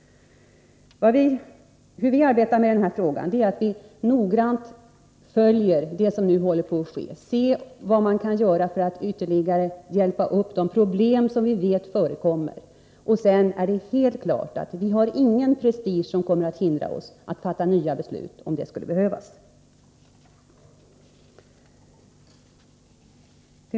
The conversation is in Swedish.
När det gäller arbetet med den här frågan kan jag säga att vi noga följer utvecklingen. Vi tar reda på vad man kan göra när det gäller de problem som vi vet förekommer. Vidare är det helt klart att ingen prestige skall hindra oss att fatta nya beslut, om det skulle behövas.